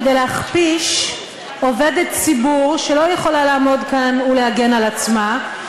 כדי להכפיש עובדת ציבור שלא יכולה לעמוד כאן ולהגן על עצמה,